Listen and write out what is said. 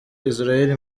israel